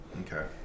Okay